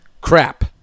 Crap